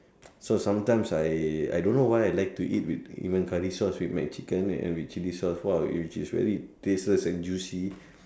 so sometimes I I don't know why I like to eat with even curry sauce with McChicken and with chili sauce !wow! which is very tasteless and juicy